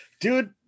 dude